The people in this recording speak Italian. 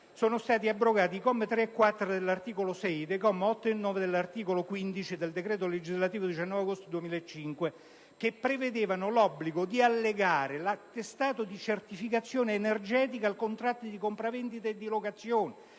sono stati abrogati i commi 3 e 4 dell'articolo 6 ed i commi 8 e 9 dell'articolo 15 del decreto legislativo 19 agosto 2005, n.192, che prevedevano l'obbligo di allegare l'attestato di certificazione energetica ai contratti di compravendita e di locazione,